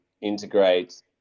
integrate